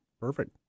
Perfect